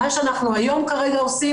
מה שאנחנו היום כרגע עושים,